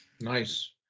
Nice